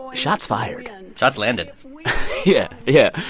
shots fired shots landed yeah, yeah.